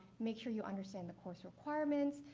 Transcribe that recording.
make sure you understand the course requirements,